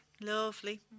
Lovely